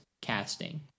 casting